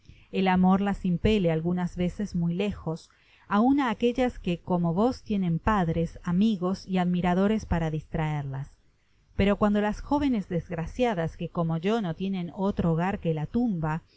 el amor las impele algunas veces muy lejos aun aquellas que como vos tienen padres migos y admiradores para distraerlas pero cuando las jovenes desgraciadas qué como yo no tienen otro hogar que la tumba